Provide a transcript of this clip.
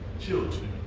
children